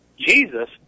Jesus